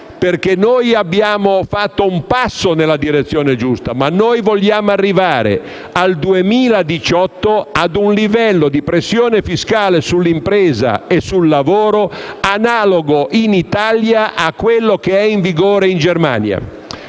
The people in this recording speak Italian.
No. Abbiamo fatto un passo nella direzione giusta, ma vogliamo arrivare al 2018 a un livello di pressione fiscale sulle imprese e sul lavoro in Italia analogo a quello in vigore in Germania.